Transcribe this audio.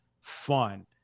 fun